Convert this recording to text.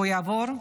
והוא יעבור,